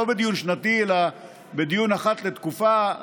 לא בדיון שנתי אלא בדיון אחת לתקופה,